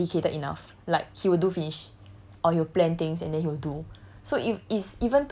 like he's dedicated enough like he would do finish or he will plan things and then he will do